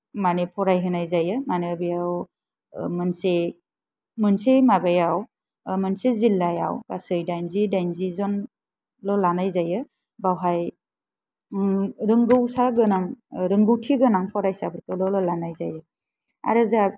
माने फरायहोनाय जायो माने बेयाव मोनसे मोनसे माबायाव मोनसे जिल्लायाव गासै दाइनजि दाइनजि जन ल' लानाय जायो बेवहाय रोंगौसा गोनां रोंगौथि गोनां फरायसाफोरखौल' लानाय जायो आरो जा